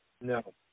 No